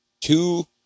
two